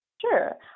Sure